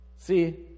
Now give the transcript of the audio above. See